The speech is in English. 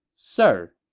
sir,